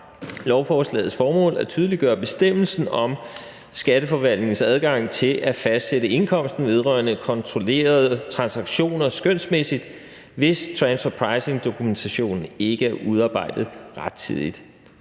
lovforslagets formål at tydeliggøre bestemmelsen om Skatteforvaltningens adgang til at fastsætte indkomsten vedrørende kontrollerede transaktioner skønsmæssigt, hvis transfer pricing-dokumentationen ikke er udarbejdet rettidigt.